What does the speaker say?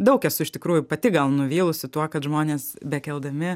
daug esu iš tikrųjų pati gal nuvylusi tuo kad žmonės bekeldami